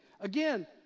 Again